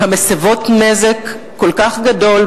המסבות נזק כל כך גדול,